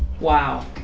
Wow